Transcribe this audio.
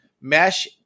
mesh